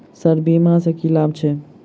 Sir बीमा सँ की लाभ छैय?